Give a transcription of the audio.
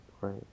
right